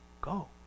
go